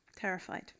Terrified